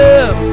up